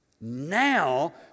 now